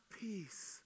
peace